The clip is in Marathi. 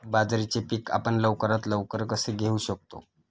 बाजरीचे पीक आपण लवकरात लवकर कसे घेऊ शकतो?